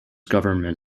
government